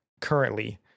currently